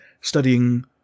studying